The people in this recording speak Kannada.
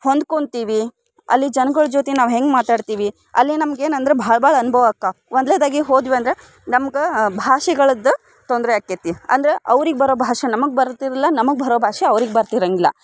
ಹೊಂದ್ಕೊಳ್ತೀವಿ ಅಲ್ಲಿ ಜನಗಳ ಜೊತೆ ನಾವು ಹೆಂಗೆ ಮಾತಾಡ್ತೀವಿ ಅಲ್ಲಿ ನಮ್ಗೆ ಏನೆಂದ್ರೆ ಭಾಳ ಭಾಳ ಅನುಭವಕ್ಕೆ ಒಂದ್ಲೆದಾಗಿ ಹೋದ್ವಿ ಅಂದರೆ ನಮ್ಗೆ ಭಾಷೆಗಳದ್ದು ತೊಂದರೆ ಆಕ್ಕೈತಿ ಅಂದ್ರೆ ಅವ್ರಿಗೆ ಬರೋ ಭಾಷೆ ನಮಗೆ ಬರ್ತಿರಲಿಲ್ಲ ನಮಗೆ ಬರೋ ಭಾಷೆ ಅವ್ರಿಗೆ ಬರ್ತಿರೋಂಗಿಲ್ಲ